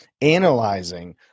analyzing